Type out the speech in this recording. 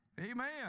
Amen